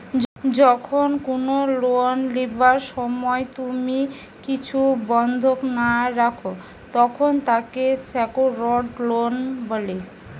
যখন কুনো লোন লিবার সময় তুমি কিছু বন্ধক না রাখো, তখন তাকে সেক্যুরড লোন বলে